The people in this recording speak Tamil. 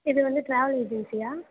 இது வந்து ட்ராவல் ஏஜென்சியா